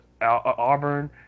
Auburn